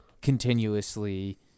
continuously